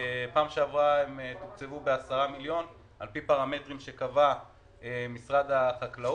בפעם שעבר הם תוקצבו ב-10 מיליון על-פי פרמטרים שקבע משרד החקלאות,